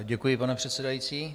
Děkuji, pane předsedající.